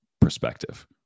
perspective